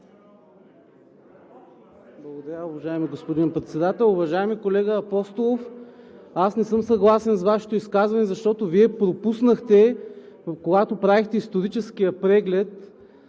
Благодаря, уважаеми господин Председател. Уважаеми колега Апостолов, аз не съм съгласен с Вашето изказване, защото Вие пропуснахте, когато правихте историческия преглед